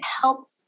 help